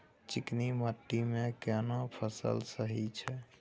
चिकनी माटी मे केना फसल सही छै?